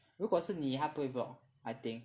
如果是你他不会 block I think